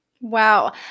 Wow